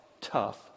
tough